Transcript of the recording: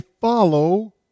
follow